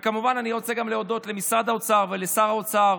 וכמובן אני רוצה להודות גם למשרד האוצר ולשר האוצר